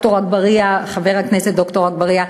חבר הכנסת ד"ר אגבאריה,